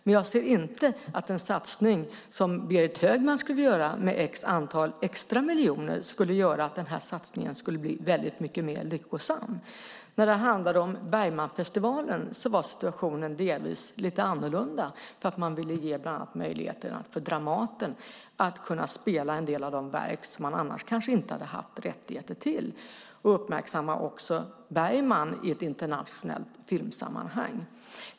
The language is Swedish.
Men jag ser inte att den satsning som Berit Högman skulle göra med ett visst antal extra miljoner skulle innebära att den här satsningen blev väldigt mycket mer lyckosam. När det handlade om Bergmanfestivalen var situationen delvis lite annorlunda. Man ville bland annat ge Dramaten möjlighet att kunna spela en del av de verk som de annars kanske inte hade haft rättigheter till och även uppmärksamma Bergman i ett internationellt filmsammanhang.